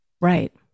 Right